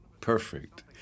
perfect